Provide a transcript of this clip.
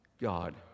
God